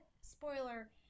spoiler